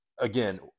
Again